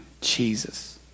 Jesus